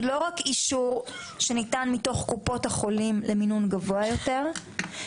היא לא רק אישור שניתן מתוך קופות החולים למימון גבוה יותר,